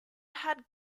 had